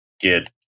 get